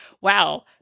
wow